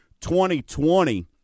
2020